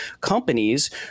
companies